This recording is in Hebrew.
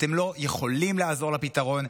אתם לא יכולים לעזור לפתרון.